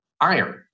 iron